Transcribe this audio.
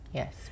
Yes